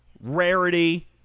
rarity